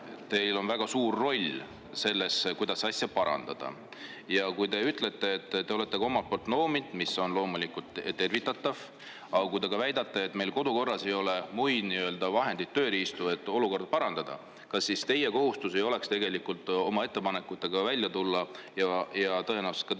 teil on väga suur roll selles, kuidas asja parandada. Te ütlete, et te olete ka omalt poolt noominud, mis on loomulikult tervitatav, aga kui te ka väidate, et meil kodukorras ei ole muid vahendeid, tööriistu, et olukorda parandada, kas siis teie kohustus ei oleks tegelikult oma ettepanekutega välja tulla ja tõenäoliselt ka teha vastavaid